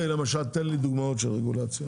תן לי דוגמאות של רגולציה.